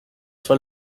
for